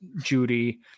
Judy